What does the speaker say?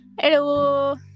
Hello